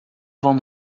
van